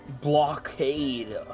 blockade